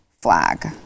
flag